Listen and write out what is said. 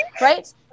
Right